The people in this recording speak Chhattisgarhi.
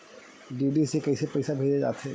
डी.डी से कइसे पईसा भेजे जाथे?